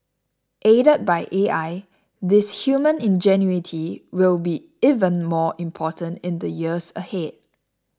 aided by A I this human ingenuity will be even more important in the years ahead